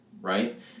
right